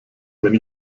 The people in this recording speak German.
wenn